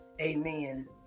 Amen